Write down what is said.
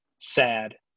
sad